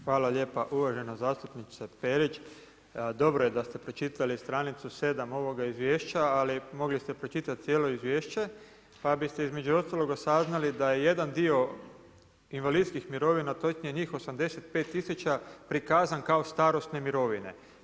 Hvala lijepa uvažena zastupnice Perić, dobro da ste pročitali stranicu 7 ovoga izvješća, ali mogli ste pročitati cijelo izvješće pa biste između ostaloga saznali da je jedan dio invalidskih mirovina, točnije njih 85 tisuća prikazan kao starosne mirovine.